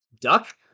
Duck